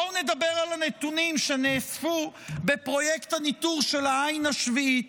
בואו נדבר על הנתונים שנאספו בפרויקט הניטור של העין השביעית.